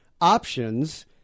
options